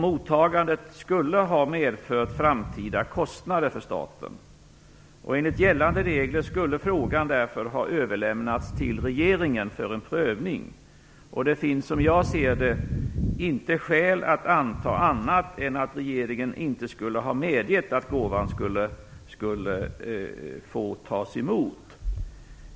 Mottagandet skulle ha medfört framtida kostnader för staten. Enligt gällande regler skulle frågan därmed ha överlämnats till regeringen för en prövning. Det finns som jag ser det inte skäl för att anta annat är att regeringen inte skulle ha medgett att gåvan skulle få tas emot.